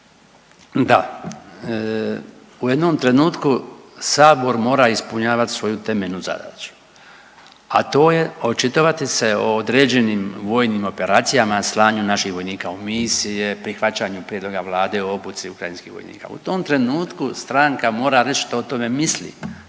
Da, u jednom trenutku sabor mora ispunjavat svoju temeljnu zadaću, a to očitovati se o određenim vojnim operacijama, slanju naših vojnika u misije, prihvaćanju prijedloga vlade o obuci ukrajinskih vojnika. U tom trenutku stranka mora reći što o tome misli,